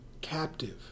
captive